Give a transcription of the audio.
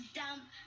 dump